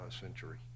century